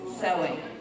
sewing